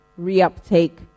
reuptake